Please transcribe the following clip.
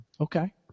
Okay